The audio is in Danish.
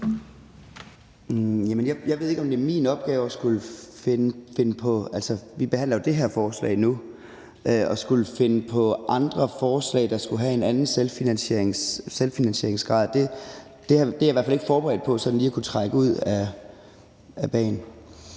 det her forslag nu – at skulle finde på andre forslag, der skulle have en anden selvfinansieringsgrad. Det er jeg i hvert fald ikke forberedt på sådan lige at kunne trække ud af bagen.